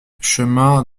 chemin